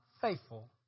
faithful